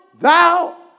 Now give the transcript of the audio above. thou